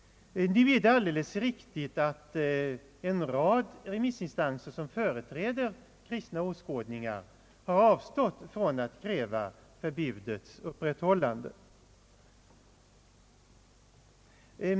Nu är det alldeles riktigt att en rad remissinstanser som företräder kristna åskådningar har avstått från att kräva förbudets upprätthållande.